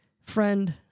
friend